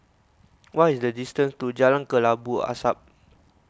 what is the distance to Jalan Kelabu Asap